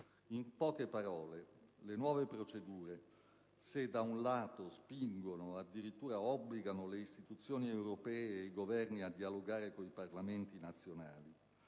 In poche parole, le nuove procedure, se da un lato spingono, o addirittura obbligano, le istituzioni europee e i Governi a dialogare con i Parlamenti nazionali,